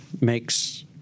makes